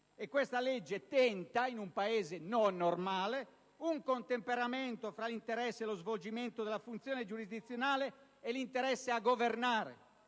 questa legge tenta, in un Paese non normale, un contemperamento tra l'interesse dello svolgimento della funzione giurisdizionale e l'interesse a governare